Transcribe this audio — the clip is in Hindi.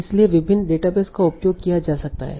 इसलिए विभिन्न डेटाबेस का उपयोग किया जा सकता है